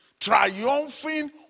Triumphing